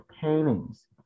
paintings